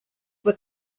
were